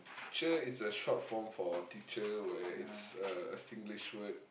cher is a short form for teacher where it's a a Singlish word